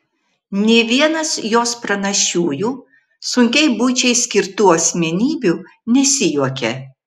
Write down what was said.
nė vienas jos pranašiųjų sunkiai buičiai skirtų asmenybių nesijuokia